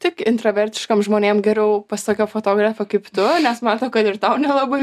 tik intravertiškam žmonėm geriau pas tokią fotografę kaip tu nes mato kad ir tau nelabai